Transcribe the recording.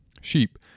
sheep